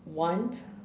want